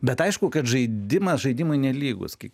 bet aišku kad žaidimas žaidimui nelygus kaip